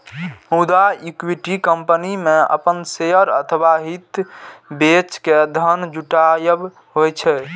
मुदा equity company मे अपन शेयर अथवा हित बेच के धन जुटायब होइ छै